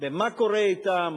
במה קורה אתם,